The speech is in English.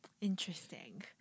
Interesting